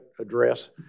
address